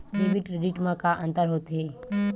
Debit credit मा का अंतर होत हे?